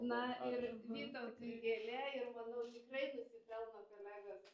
na ir vytautui gėlė ir manau tikrai nusipelno kolegos